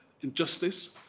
injustice